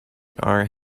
our